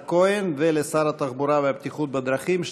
כהן ולשר התחבורה והבטיחות בדרכים,